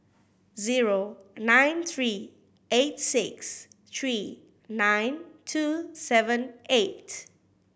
zero nine three eight six three nine two seven eight